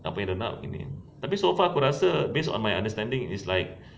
apa yang dia nak gini tapi so far aku rasa based on my understanding is like